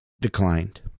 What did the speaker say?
declined